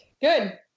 Good